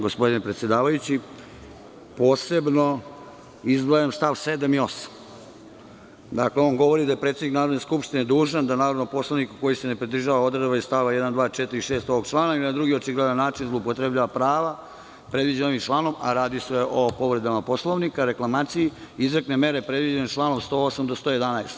Posebno izdvajam stav 7. i 8. On govori da je predsednik Narodne skupštine dužan da narodnom poslaniku koji se ne pridržava odredaba iz st. 1, 2, 4 i 6. ovog člana ili na drugi očigledan način zloupotrebljava prava predviđena ovim članom, a radi se o povredama Poslovnika, reklamaciji, izrekne mere predviđene članom 108. do 111.